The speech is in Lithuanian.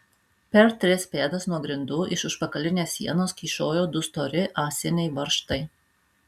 per tris pėdas nuo grindų iš užpakalinės sienos kyšojo du stori ąsiniai varžtai